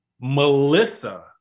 Melissa